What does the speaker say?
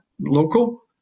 local